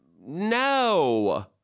no